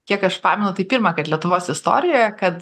kiek aš pamenu tai pirmąkart lietuvos istorijoje kad